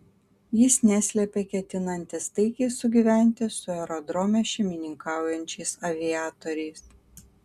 jis neslėpė ketinantis taikiai sugyventi su aerodrome šeimininkaujančiais aviatoriais